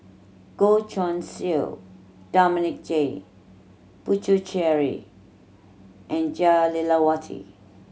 Goh Guan Siew Dominic J Puthucheary and Jah Lelawati